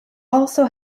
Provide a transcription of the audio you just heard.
also